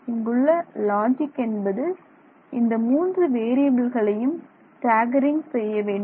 இங்குள்ள லாஜிக் என்பது இந்த மூன்று வேறியபில்களையும் ஸ்டாக்கரிங் செய்ய வேண்டும்